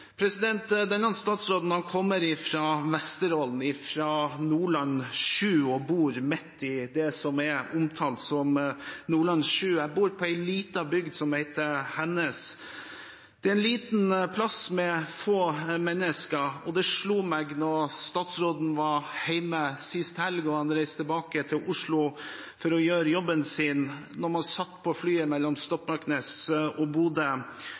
Denne statsråden kommer fra Vesterålen, det som er omtalt som Nordland VII, og bor i en liten bygd som heter Hennes. Det er en liten plass med få mennesker. Og det slo statsråden da han – etter å ha vært hjemme sist helg og reiste tilbake til Oslo for å gjøre jobben sin – satt på flyet mellom Stokmarknes og Bodø